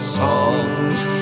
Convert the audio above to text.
songs